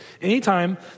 Anytime